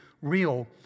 real